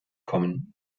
kommen